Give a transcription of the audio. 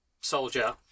soldier